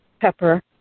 pepper